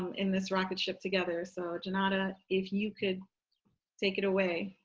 in this rocket ship together. so, junauda, if you could take it away.